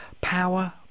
Power